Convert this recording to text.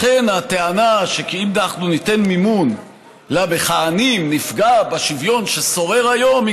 לכן הטענה שאם ניתן מימון למכהנים נפגע בשוויון ששורר היום היא,